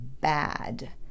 bad